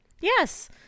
Yes